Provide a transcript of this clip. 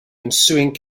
ensuing